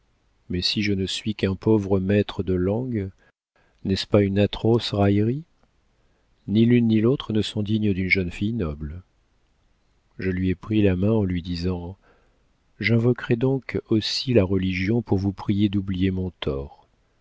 mais si je ne suis qu'un pauvre maître de langue n'est-ce pas une atroce raillerie ni l'une ni l'autre ne sont dignes d'une jeune fille noble je lui ai pris la main en lui disant j'invoquerai donc aussi la religion pour vous prier d'oublier mon tort